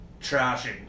trashing